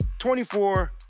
24